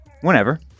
whenever